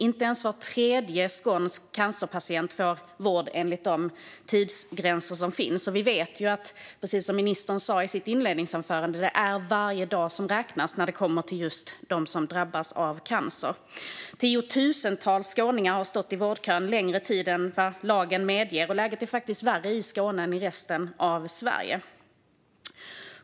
Inte ens var tredje skånsk cancerpatient får vård enligt de tidsgränser som finns. Vi vet, precis som ministern sa i sitt svar, att varje dag räknas när det kommer till dem som drabbas av cancer. Tiotusentals skåningar har stått i vårdkön längre tid än lagen medger. Läget är faktiskt värre i Skåne än i resten av Sverige.